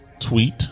tweet